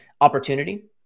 opportunity